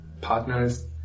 partners